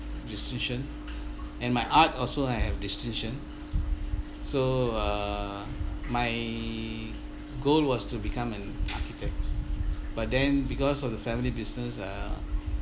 distinction and my art also have distinction so err my goal was to become an architect but then because of the family business uh